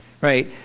Right